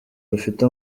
rufite